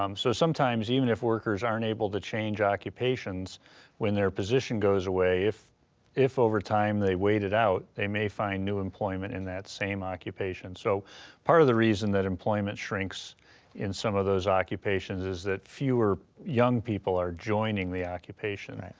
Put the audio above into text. um so sometimes even if workers aren't able to change occupations when their position goes away, if if over time they wait it out, they may find new employment in that same occupation. so part of the reason that employment shrinks in some of those occupations is that fewer young people are joining the occupation,